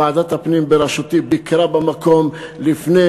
ועדת הפנים בראשותי ביקרה במקום לפני,